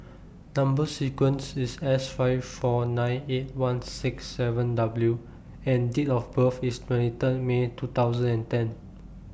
Number sequence IS S five four nine eight one six seven W and Date of birth IS twenty Third May two thousand and ten